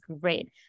great